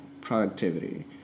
productivity